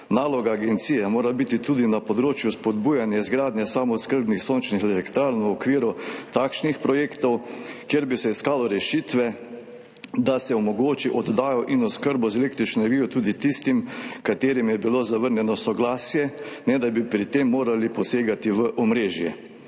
Naloga agencije mora biti tudi na področju spodbujanja izgradnje samooskrbnih sončnih elektrarn v okviru takšnih projektov, kjer bi se iskalo rešitve, da se omogoči oddajo in oskrbo z električno energijo tudi tistim, ki jim je bilo zavrnjeno soglasje, ne da bi pri tem morali posegati v omrežje.